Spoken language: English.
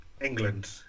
england